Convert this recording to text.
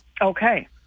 Okay